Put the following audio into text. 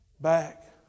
back